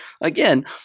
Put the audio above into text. again